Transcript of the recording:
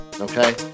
okay